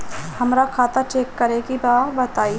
हमरा खाता चेक करे के बा बताई?